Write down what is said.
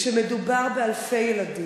וכשמדובר באלפי ילדים,